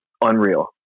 unreal